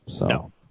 No